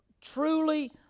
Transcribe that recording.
truly